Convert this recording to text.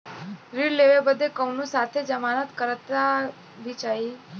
ऋण लेवे बदे कउनो साथे जमानत करता भी चहिए?